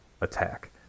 attack